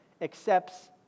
accepts